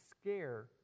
scare